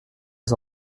les